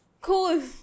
Cool